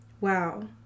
Wow